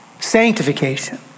sanctification